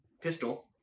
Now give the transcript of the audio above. Pistol